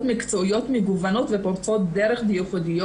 מקצועיות מגוונות ופורצות דרך וייחודיות.